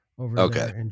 Okay